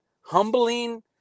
humbling